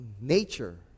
nature